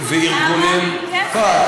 וארגונים, כסף.